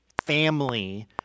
family